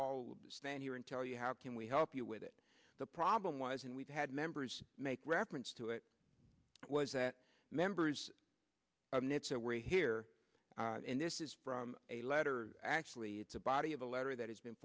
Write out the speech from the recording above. all stand here and tell you how can we help you with it the problem was and we've had members make reference to it was that members of nits away here and this is from a letter actually it's a body of a letter that has been